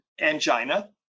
angina